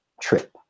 trip